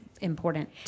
important